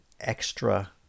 extra